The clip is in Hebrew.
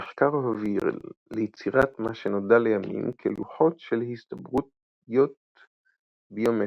המחקר הוביל ליצירת מה שנודע לימים כלוחות של הסתברויות ביומטריות.